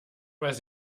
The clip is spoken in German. weiß